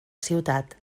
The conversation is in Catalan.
ciutat